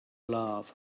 love